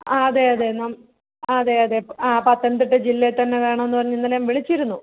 ആ അതെ അതെ അതെ അതെ ആ പത്തനംത്തിട്ട ജില്ലേത്തന്നെ വേണം എന്ന് പറഞ്ഞ് ഇന്നലെ ഞാൻ വിളിച്ചിരുന്നു